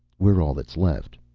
we're all that's left.